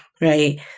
Right